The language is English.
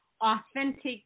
Authentic